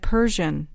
Persian